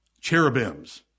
Cherubims